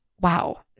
Wow